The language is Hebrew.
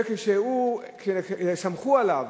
וסמכו עליו,